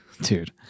dude